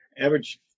average